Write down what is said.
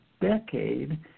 decade